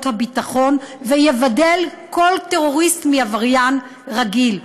הביטחון ויבדל כל טרוריסט מעבריין רגיל.